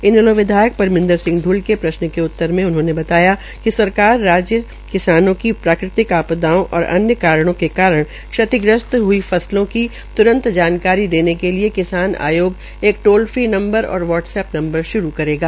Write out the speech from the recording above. इनैलो विधायक परमिंदर सिंह ढ़ल के प्रश्न के उत्तर में उन्होंने कहा कि सरकार राज्य के किसानों की प्राकृतिक आपदाओं और अन्य कारणों के कारण क्षतिग्रस्त हई फसलों की तुरंत जानकारी देने के लिए किसान आयोग एक ट्रोल फ्री नंबर और वाट्स ऐप नंवर शुरू करेगा